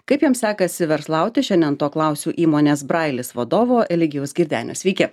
kaip jiems sekasi verslauti šiandien to klausiu įmonės brailis vadovo eligijaus girdenio sveiki